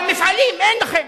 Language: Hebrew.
אבל מפעלים אין לכם.